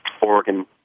Oregon